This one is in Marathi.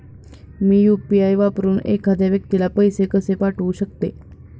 मी यु.पी.आय वापरून एखाद्या व्यक्तीला पैसे कसे पाठवू शकते?